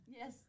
Yes